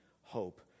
hope